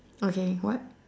okay what